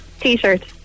T-shirt